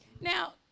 now